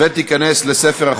מי אמר את זה?